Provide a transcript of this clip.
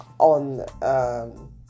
On